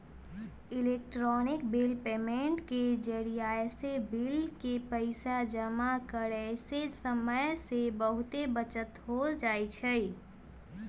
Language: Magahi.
इलेक्ट्रॉनिक बिल पेमेंट के जरियासे बिल के पइसा जमा करेयसे समय के बहूते बचत हो जाई छै